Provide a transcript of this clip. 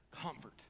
comfort